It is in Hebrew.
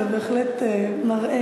זה בהחלט מראה.